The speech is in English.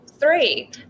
three